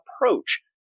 approach